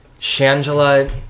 Shangela